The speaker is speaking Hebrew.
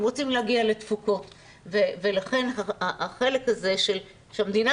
הם רוצים להגיע לתפוקות ולכן החלק הזה שהמדינה